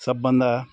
सबभन्दा